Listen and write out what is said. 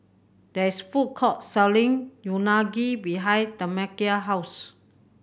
there is a food court selling Unagi behind Tamekia's house